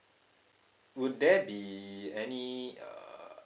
will there be any uh